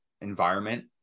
environment